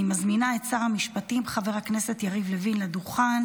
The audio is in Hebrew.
אני מזמינה את שר המשפטים חבר הכנסת יריב לוין לדוכן.